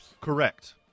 Correct